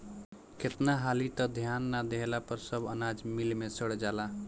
केतना हाली त ध्यान ना देहला पर सब अनाज मिल मे सड़ जाला